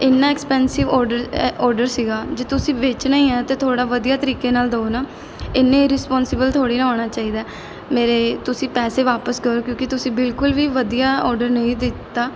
ਇੰਨਾ expensive order order ਸੀਗਾ ਜੇ ਤੁਸੀਂ ਵੇਚਣਾ ਹੀ ਹੈ ਤਾਂ ਥੋੜ੍ਹਾ ਵਧੀਆ ਤਰੀਕੇ ਨਾਲ ਦਿਓ ਨਾ ਇੰਨੇ ਇਰਰਿਸਪੋਂਸੀਬਲ ਥੋੜ੍ਹੀ ਨਾ ਹੋਣਾ ਚਾਹੀਦਾ ਮੇਰੇ ਤੁਸੀਂ ਪੈਸੇ ਵਾਪਸ ਕਰੋ ਕਿਉਂਕਿ ਤੁਸੀਂ ਬਿਲਕੁਲ ਵੀ ਵਧੀਆ ਔਡਰ ਨਹੀਂ ਦਿੱਤਾ